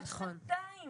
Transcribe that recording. עד שנתיים